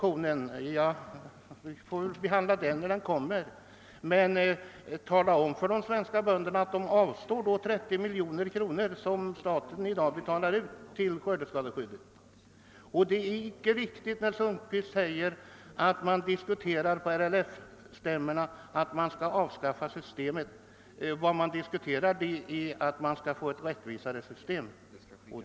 Vi får i så fall behandla den när den föreligger. Men tala då om för de svenska bönderna att vi i så fall tar ifrån dem de 30 miljoner kronor som staten i dag betalar ut för skördeskadeskyddet. Det är icke riktigt som herr Sundkvist säger att man på RLF-stämmorna diskuterar att avskaffa systemet. Vad man diskuterar är frågan hur vi skall kunna få ett rättvisare system.